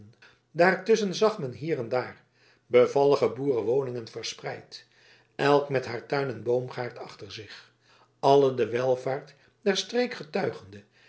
daartusschen zag men hier en daar bevallige boerenwoningen verspreid elk met haar tuin en boomgaard achter zich alle de welvaart der streek getuigende